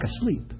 asleep